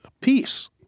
peace